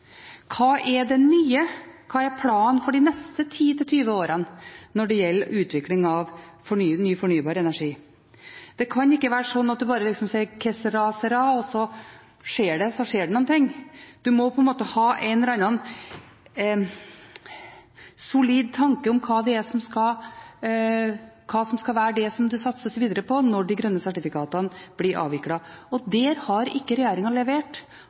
hva som er svaret videre. Hva er det nye, hva er planen for de neste 10–20 årene når det gjelder utvikling av ny fornybar energi? Det kan ikke være slik at en bare sier «Que sera, sera» – det som skjer, det skjer. En må på en måte ha en eller annen solid tanke om hva som skal være det som det satses videre på når de grønne sertifikatene blir avviklet, og der har ikke regjeringen levert.